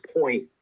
point